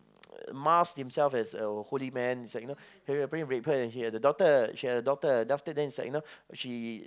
masked himself as a holy man it's like you know he apparently raped her and he had a daughter she had a daughter then after then it's like you know she